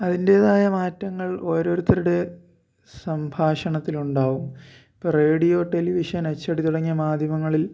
അതിൻ്റേതായ മാറ്റങ്ങൾ ഓരോരുത്തരുടെ സംഭാഷണത്തിലുണ്ടാവും ഇപ്പോൾ റേഡിയോ ടെലിവിഷൻ അച്ചടി തുടങ്ങിയ മാധ്യമങ്ങളിൽ